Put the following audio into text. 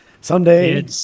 Someday